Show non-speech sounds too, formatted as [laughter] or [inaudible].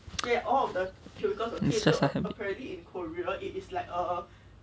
[noise] it's just a habit